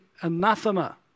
anathema